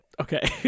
Okay